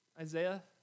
Isaiah